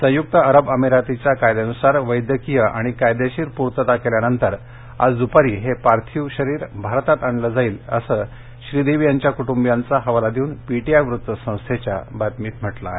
संयुक्त अरब अमिरातीच्या कायद्यांनुसार वैद्यकीय आणि कायदेशीर पूर्तता केल्यानंतर आज दुपारी हे पार्थिव शरीर भारतात आणलं जाईल असं श्री देवी यांच्या कुटुंबियांचा हवाला देऊन पीटीआय व्रत्त संस्थेच्या बातमीत म्हटलं आहे